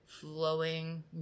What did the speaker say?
flowing